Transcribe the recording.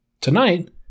Tonight